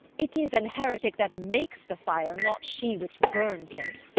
it is an heretic that makes the fire, not she which burns in't.